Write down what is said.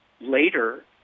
later